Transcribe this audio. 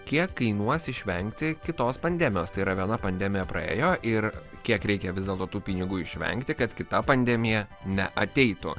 kiek kainuos išvengti kitos pandemijos tai yra viena pandemija praėjo ir kiek reikia vis dėlto tų pinigų išvengti kad kita pandemija neateitų